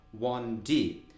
1D